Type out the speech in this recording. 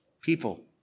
people